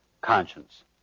conscience